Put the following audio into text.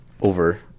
over